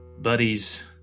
buddies